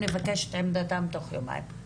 נבקש את עמדתם תוך יומיים,